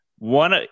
One